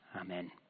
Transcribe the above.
Amen